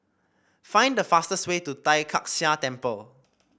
find the fastest way to Tai Kak Seah Temple